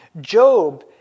Job